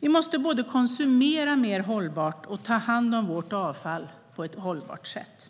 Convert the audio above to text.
Vi måste både konsumera mer hållbart och ta hand om vårt avfall på ett hållbart sätt.